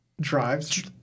Drives